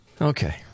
okay